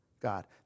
God